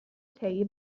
tei